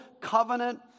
covenant